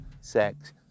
sex